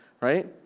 right